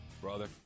brother